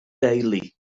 deulu